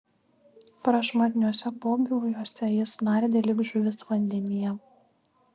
prašmatniuose pobūviuose jis nardė lyg žuvis vandenyje